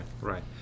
right